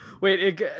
Wait